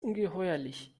ungeheuerlich